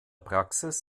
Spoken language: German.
praxis